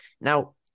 Now